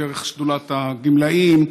דרך שדולת הגמלאים,